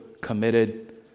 committed